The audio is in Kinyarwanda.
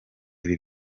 ibi